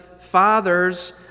fathers